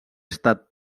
estat